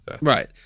Right